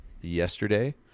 yesterday